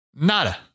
nada